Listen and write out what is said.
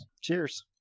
Cheers